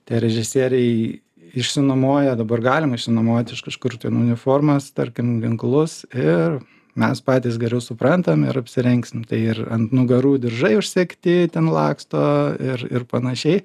tie režisieriai išsinuomoja dabar galima išsinuomoti iš kažkur ten uniformas tarkim ginklus ir mes patys geriau suprantam ir apsirengsim ir ant nugarų diržai užsegti ten laksto ir ir panašiai